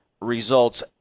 results